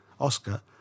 Oscar